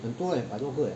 很多 leh 百多个